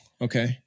Okay